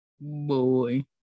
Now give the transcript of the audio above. Boy